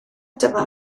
dyma